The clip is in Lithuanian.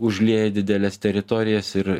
užlieja dideles teritorijas ir